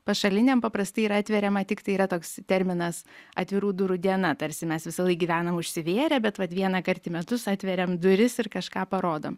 pašaliniam paprastai yra atveriama tiktai yra toks terminas atvirų durų diena tarsi mes visąlaik gyvenam užsivėrę bet vat vieną kart į metus atveriam duris ir kažką parodom